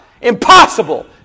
Impossible